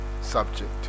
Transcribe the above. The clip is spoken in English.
subject